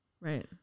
Right